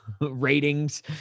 ratings